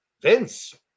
Vince